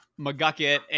McGucket